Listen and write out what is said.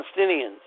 Palestinians